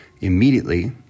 immediately